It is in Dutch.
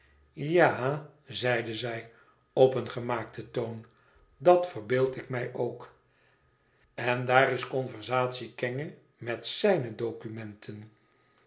ja-a zeide zij op een gemaakten toon dat verbeeld ik mij ook en daar is conversatiekenge met z ij n e documenten